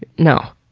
no,